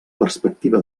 perspectiva